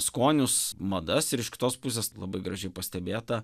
skonius madas ir iš kitos pusės labai gražiai pastebėta